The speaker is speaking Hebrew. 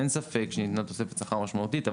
אין ספק שניתנה תוספת שכר משמעותית,